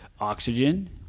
oxygen